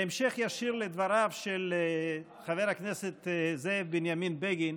בהמשך ישיר לדבריו של חבר הכנסת זאב בנימין בגין